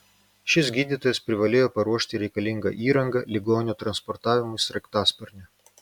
šis gydytojas privalėjo paruošti reikalingą įrangą ligonio transportavimui sraigtasparniu